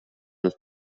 ist